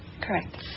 Correct